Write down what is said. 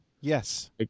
yes